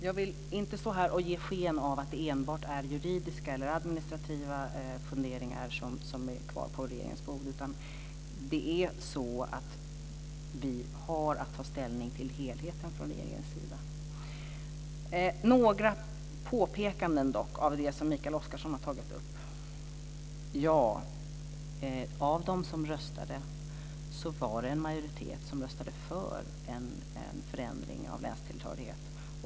Jag vill inte stå här och ge sken av att det enbart är juridiska eller administrativa funderingar som är kvar på regeringens bord. Regeringen har att ta ställning till helheten. Jag har dock några påpekanden om det som Mikael Oscarsson har tagit upp. Ja, av dem som röstade var det en majoritet som röstade för en förändring av länstillhörighet.